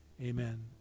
amen